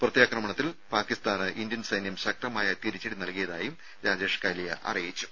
പ്രത്യാക്രമണത്തിൽ പാക്കിസ്ഥാന് ഇന്ത്യൻ സൈന്യം ശക്തമായ തിരിച്ചടി നൽകിയതായി രാജേഷ് കാലിയ അറിയിച്ചു